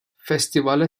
festivale